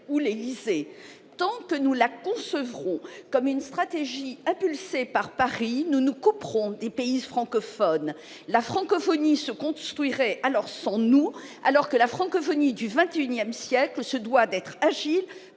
par l'Élysée. Tant que nous la concevrons comme une stratégie impulsée par Paris, nous nous couperons des pays francophones. La francophonie se construirait alors sans nous, alors que la francophonie du XXI siècle se doit d'être agile,